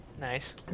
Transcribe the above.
Nice